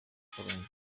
karongi